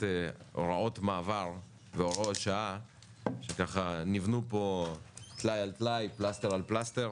הוראות מעבר והוראות שעה שנבנו פה טלאי על טלאי פלסתר על פלסתר,